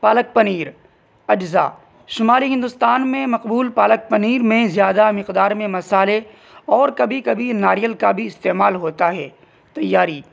پالک پنیر اجزا شمالی ہندوستان میں مقبول پالک پنیر میں زیادہ مقدار میں مصالحے اور کبھی کبھی ناریل کا بھی استعمال ہوتا ہے تیاری